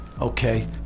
Okay